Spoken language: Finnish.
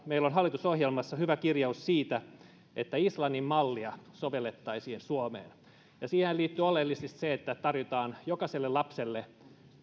meillä on hallitusohjelmassa hyvä kirjaus siitä että islannin mallia sovellettaisiin suomeen siihenhän liittyy oleellisesti se että tarvitaan jokaiselle lapselle